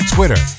Twitter